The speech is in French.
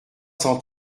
cent